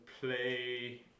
play